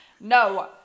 No